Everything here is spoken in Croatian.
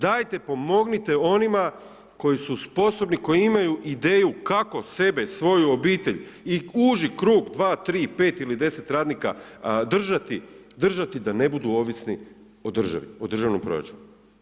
Dajte pomognite onima koji su sposobni, koji imaju ideju kako sebe, svoju obitelj i uži krug 2, 3, 5 ili 10 radnika držati da ne budu ovisni o državi, o državnom proračunu.